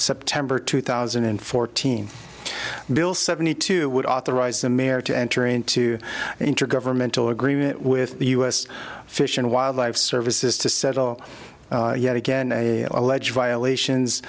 september two thousand and fourteen bill seventy two would authorize the mayor to enter into an intergovernmental agreement with the u s fish and wildlife services to settle yet again alleged violations